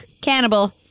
Cannibal